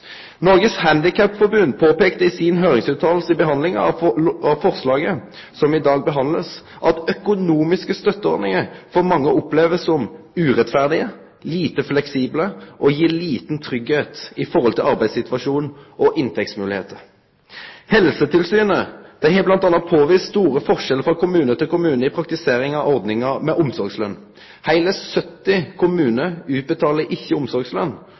Norges Handikapforbund påpekte i sin høringsuttalelse til forslaget som behandles i dag, at økonomiske støtteordninger for mange oppleves som urettferdige, lite fleksible og at de gir liten trygghet i forhold til arbeidssituasjon og inntektsmuligheter. Helsetilsynet har bl.a. påvist store forskjeller fra kommune til kommune i praktiseringen av ordningen med omsorgslønn. Hele 70 kommuner utbetaler ikke omsorgslønn,